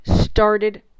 started